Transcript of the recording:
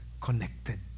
connected